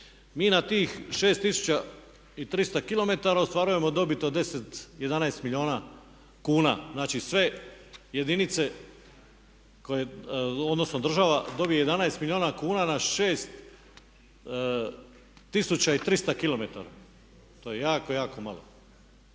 Mi na tih 6300 km ostvarujemo dobit od 10, 11 milijuna kuna. Znači, sve jedinice odnosno država dobije 11 milijuna kuna na 6300 km. To je jako, jako malo.